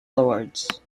lords